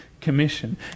commission